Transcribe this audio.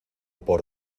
por